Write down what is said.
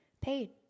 paid